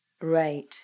Right